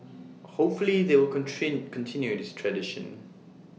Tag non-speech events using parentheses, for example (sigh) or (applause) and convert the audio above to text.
hopefully they will (unintelligible) continue this tradition